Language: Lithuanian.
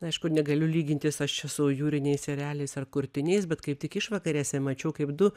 aišku negaliu lygintis aš čia su jūriniais ereliais ar kurtiniais bet kaip tik išvakarėse mačiau kaip du